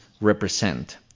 represent